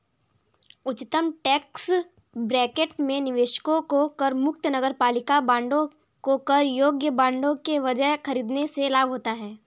उच्चतम tax bracket में निवेशकों को करमुक्त नगरपालिका बांडों को कर योग्य बांडों के बजाय खरीदने से लाभ होता है